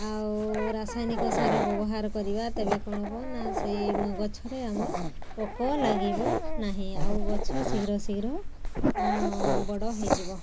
ଆଉ ରାସାୟନିକ ସାର ବ୍ୟବହାର କରିବା ତେବେ କ'ଣ ହବ ନା ସେ ଗଛରେ ଆମର ପୋକ ଲାଗିବ ନାହିଁ ଆଉ ଗଛ ଶୀଘ୍ର ଶୀଘ୍ର ବଡ଼ ହେଇଯିବ